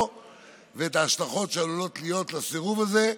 ואת ההשלכות שעלולות להיות לסירוב הזה,